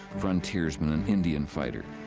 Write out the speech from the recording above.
frontiersman and indian fighter.